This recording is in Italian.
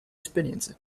esperienze